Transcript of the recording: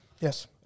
yes